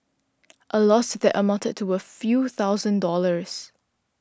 a loss that amounted to a few thousand dollars